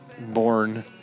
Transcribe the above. born